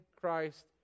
Christ